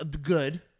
Good